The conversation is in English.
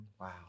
Wow